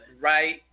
Right